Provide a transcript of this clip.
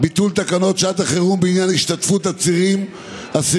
של קבוצת סיעת ישראל ביתנו וקבוצת סיעת יש עתיד-תל"ם לסעיף